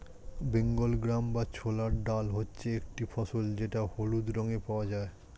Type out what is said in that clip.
Bengal gram বা ছোলার ডাল হচ্ছে একটি ফসল যেটা হলুদ রঙে পাওয়া যায়